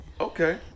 Okay